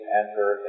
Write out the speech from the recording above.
enter